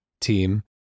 team